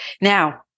now